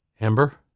Amber